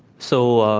so, ah